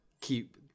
keep